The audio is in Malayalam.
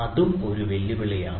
അതും ഒരു വെല്ലുവിളിയാണ്